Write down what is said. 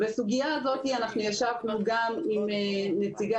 על הסוגיה הזאת אנחנו ישבנו גם עם נציגת